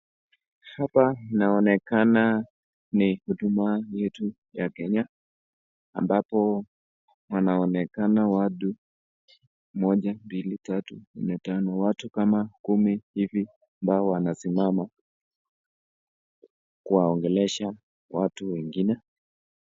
Hapa inaonekana ni huduma yetu ya kenya ambapo wanaonekana watu moja, mbili, tatu ,nne ,tano watu kama kumi hivi ambao wanasimama kuwaongeresha watu wengine.